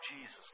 Jesus